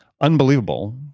unbelievable